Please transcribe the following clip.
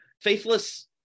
Faithless